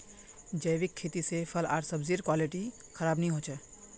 जैविक खेती से फल आर सब्जिर क्वालिटी खराब नहीं हो छे